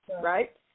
right